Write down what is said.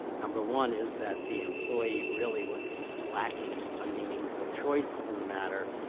number one is that the employee really was lacking a meaningful choice in the matter.